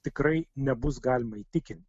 tikrai nebus galima įtikint